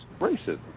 racism